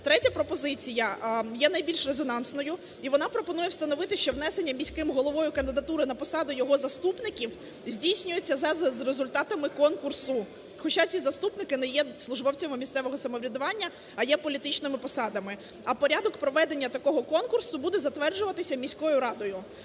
Третя пропозиція є найбільш резонансною, і вона пропонує встановити, що внесення міським головою кандидатури на посаду його заступників здійснюється за результатами конкурсу, хоча ці заступники не є службовцями місцевого самоврядування, а є політичними посадами. А порядок проведення такого конкурсу буде затверджуватися міською радою.